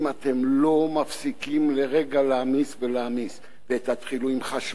אתם לא מפסיקים לרגע להעמיס ולהעמיס: תתחילו עם חשמל,